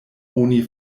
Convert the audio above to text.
oni